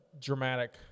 dramatic